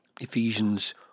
Ephesians